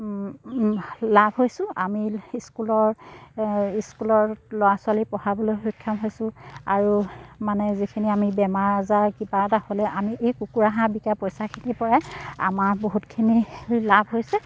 লাভ হৈছোঁ আমি স্কুলৰ স্কুলৰ ল'ৰা ছোৱালী পঢ়াবলৈ সক্ষম হৈছোঁ আৰু মানে যিখিনি আমি বেমাৰ আজাৰ কিবা এটা হ'লে আমি এই কুকুৰা হাঁহ বিকা পইচাখিনিৰপৰাই আমাৰ বহুতখিনি লাভ হৈছে